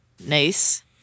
nice